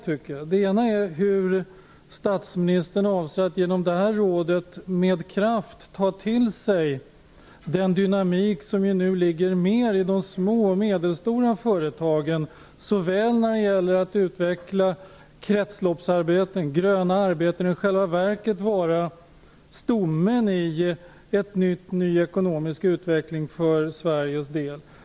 Den första oklarheten gäller hur statsministern avser att genom detta råd med kraft ta till sig den dynamik som ju nu mer ligger hos de små och medelstora företagen, när det gäller att utveckla såväl kretsloppsarbeten som gröna arbeten, som i själva verket är stommen i en ny ekonomisk utveckling för Sverige.